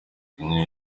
kenya